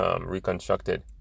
reconstructed